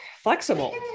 flexible